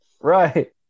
Right